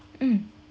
mm